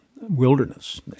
wilderness